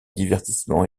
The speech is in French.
divertissement